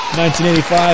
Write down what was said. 1985